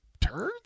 turds